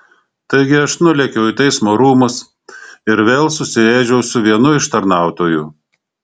taigi aš nulėkiau į teismo rūmus ir vėl susiėdžiau su vienu iš tarnautojų